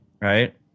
right